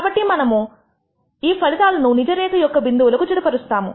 కాబట్టి మనము ఈఫలితాలను నిజ రేఖ యొక్క బిందువులకు జతపరుస్తాము